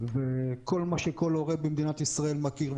כל מה שכל עולה בישראל מכיר,